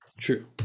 True